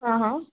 हां हां